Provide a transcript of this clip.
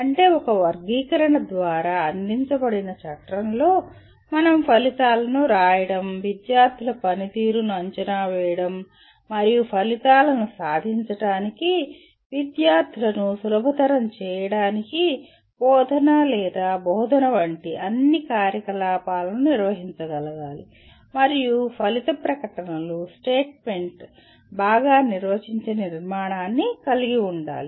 అంటే ఒక వర్గీకరణ ద్వారా అందించబడిన చట్రంలో మనం ఫలితాలను రాయడం విద్యార్థుల పనితీరును అంచనా వేయడం మరియు ఫలితాలను సాధించడానికి విద్యార్థులను సులభతరం చేయడానికి బోధన లేదా బోధన వంటి అన్ని కార్యకలాపాలను నిర్వహించగలగాలి మరియు ఫలిత ప్రకటనలు స్టేట్మెంట్ బాగా నిర్వచించిన నిర్మాణాన్ని కలిగి ఉండాలి